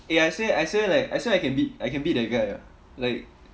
eh I swear I swear like I swear I can beat I can beat the guy ah like